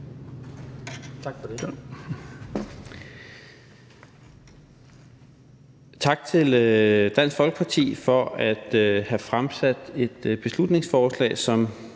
Tak for det.